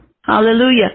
hallelujah